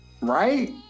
Right